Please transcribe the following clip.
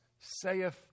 saith